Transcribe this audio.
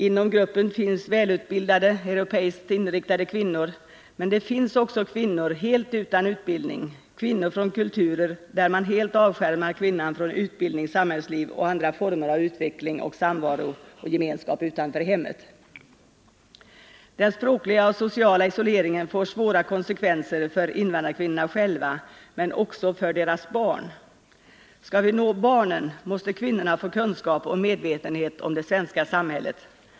Inom denna grupp finns välutbildade ”europeiskt inriktade” kvinnor, men där finns också kvinnor helt utan utbildning, kvinnor från kulturer där man helt avskärmar kvinnan från utbildning, samhällsliv och andra former av utveckling och gemenskap utanför hemmet. Den språkliga och sociala isoleringen får svåra konsekvenser för invandrarkvinnorna själva, men också för deras barn. Skall vi nå barnen måste kvinnorna få kunskap och medvetenhet om det svenska samhället.